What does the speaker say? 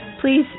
Please